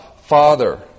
Father